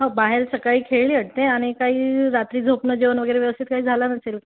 हो बाहेर सकाळी खेळली असते आणि काही रात्री झोपणं जेवण वगैरे व्यवस्थित काय झालं नसेल